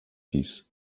dies